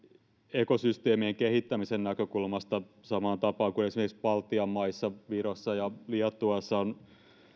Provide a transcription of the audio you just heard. ekosysteemien kehittämisen näkökulmasta samaan tapaan kuin esimerkiksi baltian maissa virossa ja liettuassa on